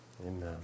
Amen